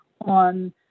on